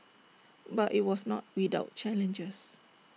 but IT was not without challenges